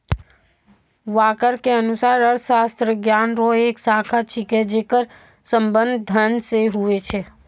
walker के अनुसार अर्थशास्त्र ज्ञान रो एक शाखा छिकै जेकर संबंध धन से हुवै छै